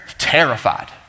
terrified